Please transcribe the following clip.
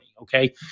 Okay